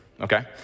okay